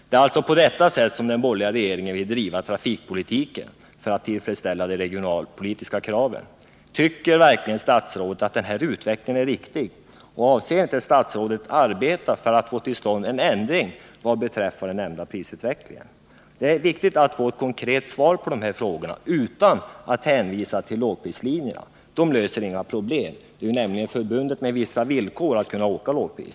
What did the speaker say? Det är alltså på detta sätt som den borgerliga regeringen vill driva trafikpolitiken för att tillfredsställa de regionalpolitiska kraven. Tycker verkligen statsrådet att den här utvecklingen är riktig, och avser inte statsrådet att arbeta för att få till stånd en ändring vad beträffar den nämnda prisutvecklingen? Det är viktigt att ge ett konkret svar på dessa frågor utan att hänvisa till de s.k. lågprislinjerna. Dessa löser inga problem — det är nämligen förbundet med vissa villkor att åka för lågpris.